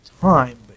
time